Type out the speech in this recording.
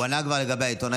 הוא כבר ענה לגבי העיתונאים.